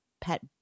pet